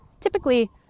typically